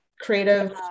creative